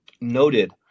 Noted